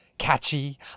Catchy